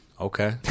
okay